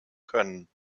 können